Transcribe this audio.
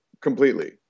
completely